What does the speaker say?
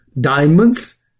diamonds